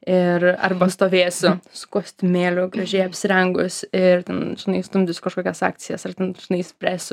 ir arba stovėsiu su kostiumėliu gražiai apsirengus ir ten žinai stumdysiu kažkokias akcijas ar žinai spręsiu